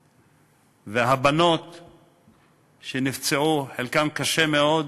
שנהרג, והבנות שנפצעו, חלקן קשה מאוד.